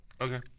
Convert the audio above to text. Okay